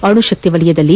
ಅಣುಶಕ್ತಿ ವಲಯದಲ್ಲಿ